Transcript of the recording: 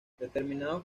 determinados